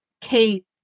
Kate